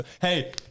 Hey